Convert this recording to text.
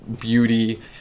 beauty